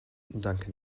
danke